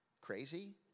crazy